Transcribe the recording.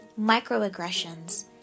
microaggressions